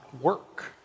work